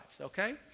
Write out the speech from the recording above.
okay